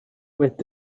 with